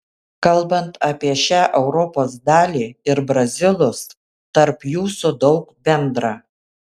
kalbant apie šią europos dalį ir brazilus tarp jūsų daug bendra